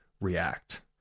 react